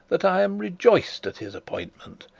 that i am rejoiced at his appointment.